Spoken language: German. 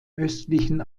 östlichen